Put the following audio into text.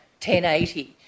1080